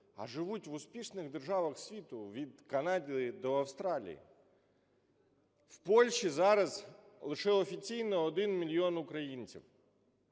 а живуть в успішних державах світу від Канади до Австралії. В Польщі зараз лише офіційно 1 мільйон українців.